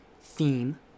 theme